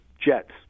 jets